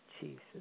Jesus